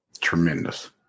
Tremendous